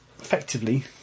effectively